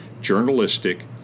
journalistic